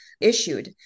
issued